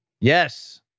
Yes